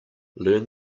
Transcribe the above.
learn